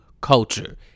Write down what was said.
culture